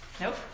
Nope